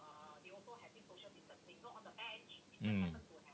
mm